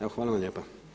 Evo hvala vam lijepa.